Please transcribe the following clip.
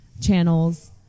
channels